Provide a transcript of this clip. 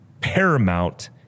paramount